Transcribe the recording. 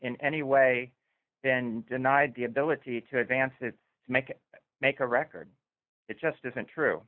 in any way been denied the ability to advance it to make make a record it just isn't true